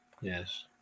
Yes